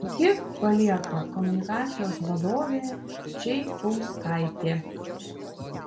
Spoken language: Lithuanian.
iki palieka komunikacijos vadovė čaikauskaitė